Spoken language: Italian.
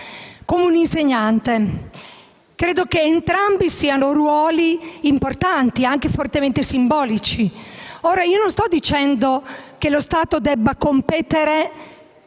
come un insegnante: credo siano entrambi ruoli importanti e anche fortemente simbolici. Non sto dicendo che lo Stato debba competere